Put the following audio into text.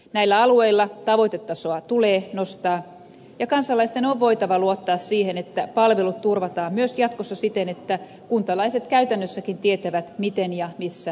näillä alueilla tavoitetasoa tulee nostaa ja kansalaisten on voitava luottaa siihen että palvelut turvataan myös jatkossa siten että kuntalaiset käytännössäkin tietävät miten ja missä palveluita saa